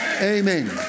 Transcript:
Amen